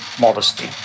modesty